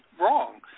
wrong